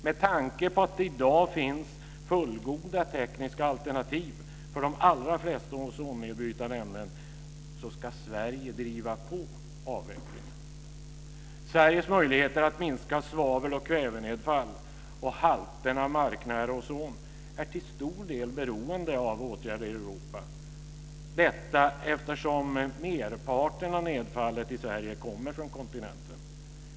Med tanke på att det i dag finns fullgoda tekniska alternativ för de allra flesta ozonnedbrytande ämnen ska Sverige driva på avvecklingen. Sveriges möjligheter att minska svaveloch kvävenedfall och halter av marknära ozon är till stor del beroende av åtgärder i Europa eftersom merparten av nedfallet i Sverige kommer från kontinenten.